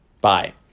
Bye